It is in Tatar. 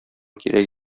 кирәк